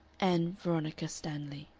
ann veronica stanley.